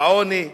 בעוני.